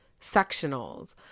sectionals